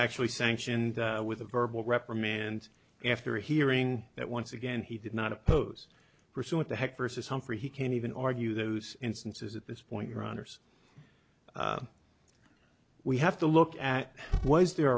actually sanctioned with a verbal reprimand after hearing that once again he did not oppose pursuant to heck versus humphrey he can even argue those instances at this point runners we have to look at was there